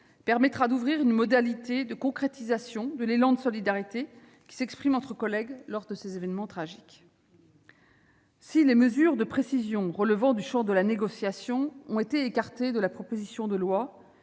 permettra d'ouvrir une modalité de concrétisation de l'élan de solidarité qui s'exprime entre collègues lors de ces événements tragiques. Si les mesures de précision relevant du champ de la négociation ont été écartées de la proposition de loi,